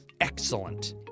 Excellent